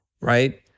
right